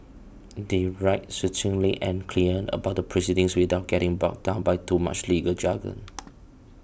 they write succinctly and clearly about the proceedings without getting bogged down by too much legal jargon